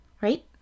right